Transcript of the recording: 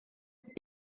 doedd